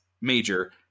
major